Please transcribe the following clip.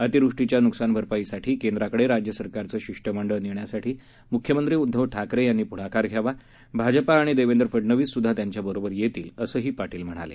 अतिवृष्टीच्या नुकसान भरपाईसाठी केंद्राकडे राज्य सरकारचं शिष्टमंडळ नेण्यासाठी मुख्यमंत्री उद्धव ठाकरे यांनी प्ढाकार घ्यावा भाजप आणि देवेंद्र फडणवीस सुद्धा त्यांच्याबरोबर येतील असं पाटील म्हणाले